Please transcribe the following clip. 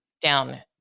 down